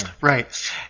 Right